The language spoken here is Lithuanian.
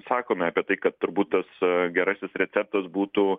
sakome apie tai kad turbūt tas gerasis receptas būtų